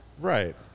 Right